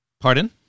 Pardon